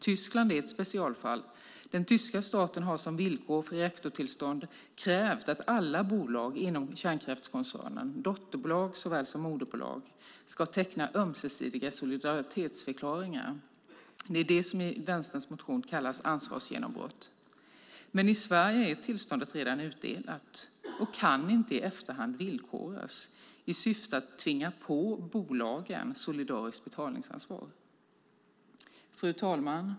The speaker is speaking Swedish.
Tyskland är ett specialfall. Den tyska staten har som villkor för reaktortillstånd krävt att alla bolag inom kärnkraftskoncernen - dotterbolag såväl som moderbolag - ska teckna ömsesidiga solidaritetsförklaringar. Det är det som i Västerns motion kallas ansvarsgenombrott. Men i Sverige är tillståndet redan utdelat och kan inte i efterhand villkoras i syfte att tvinga på bolagen solidariskt betalningsansvar. Fru talman!